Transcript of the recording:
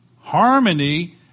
Harmony